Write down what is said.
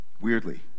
Weirdly